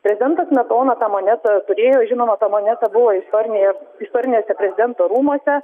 prezidentas smetona tą monetą turėjo žinoma ta moneta buvo istorinėje istoriniuose prezidento rūmuose